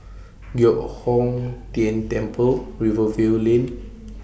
Giok Hong Tian Temple Rivervale Lane